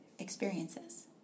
experiences